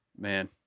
man